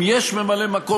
אם יש ממלא מקום,